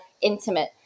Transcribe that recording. intimate